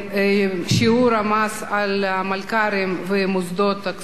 המס על מלכ"רים ומוסדות כספיים) (תיקון),